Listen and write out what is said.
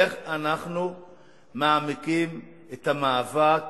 איך אנחנו מעמיקים את המאבק